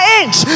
inch